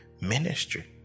ministry